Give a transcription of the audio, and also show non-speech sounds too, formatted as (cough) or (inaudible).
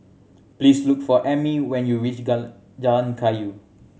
please look for Ammie when you reach (unintelligible) Jalan Kayu